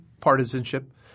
partisanship